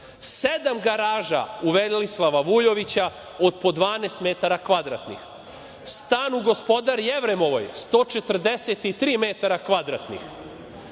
garaža u Velisava Vujovića od po 12 metara kvadratnih. Stan u Gospodar Jevremovoj 143 metra kvadratnih.